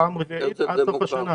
בפעם הרביעית, עד סוף השנה.